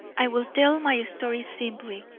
i will tell my story simply,